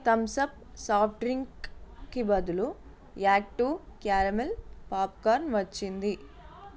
Thums Up soft డ్రింక్కి బదులు యాక్టో క్యారమెల్ పాప్ కాన్ వచ్చింది